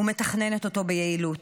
ומתכננת אותו ביעילות.